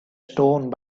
stone